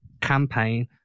Campaign